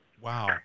Wow